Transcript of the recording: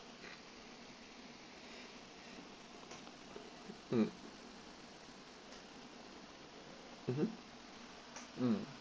mm mmhmm mm